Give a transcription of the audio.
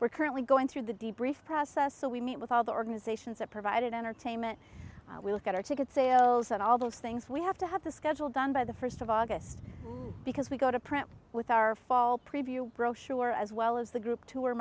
we're currently going through the d brief process so we meet with all the organizations that provided entertainment we look at our ticket sales and all those things we have to have the schedule done by the first of august because we go to print with our fall preview brochure as well as the group